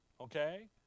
Okay